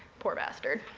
poor bastard.